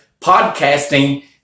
podcasting